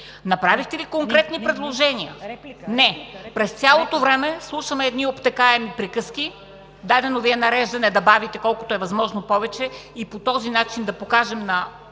Направихте ли конкретни предложения? Не. През цялото време слушаме едни обтекаеми приказки. Дадено Ви е нареждане да бавите колкото е възможно повече и по този начин да покажете на